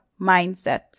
mindset